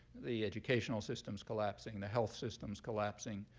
the educational system's collapsing. the health system's collapsing.